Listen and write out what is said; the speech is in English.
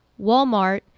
Walmart